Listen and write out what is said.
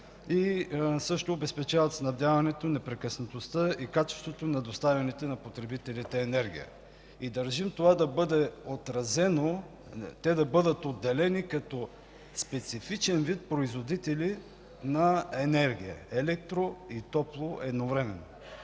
и обезпечават снабдяването, непрекъснатостта и качеството на доставяната на потребителите енергия. Държим това да бъде отразено – те да бъдат отделени като специфичен вид производители на енергия – електро- и топло- едновременно.